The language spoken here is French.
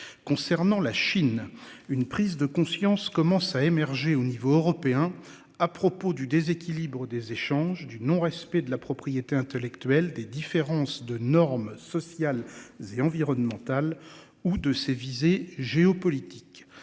concernant la Chine une prise de conscience commencent à émerger au niveau européen. À propos du déséquilibre des échanges du non respect de la propriété intellectuelle des différences de normes sociales et environnementales ou de ses visées géopolitiques